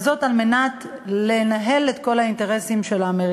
וזאת על מנת לנהל את כל האינטרסים של האמריקנים.